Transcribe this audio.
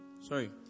Sorry